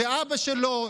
ואבא שלו,